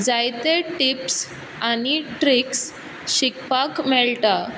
जायचे टिप्स आनी ट्रिक्स शिकपाक मेळटा